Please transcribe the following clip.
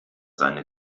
seine